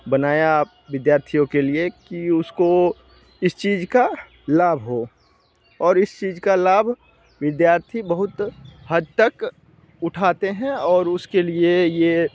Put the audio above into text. बनाया विद्यार्थियों के लिए कि उसको इस चीज का लाभ हो और इस चीज का लाभ विद्यार्थी बहुत हद तक उठाते हैं और उसके लिए ये